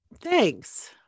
thanks